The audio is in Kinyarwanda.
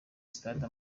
stade